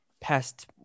past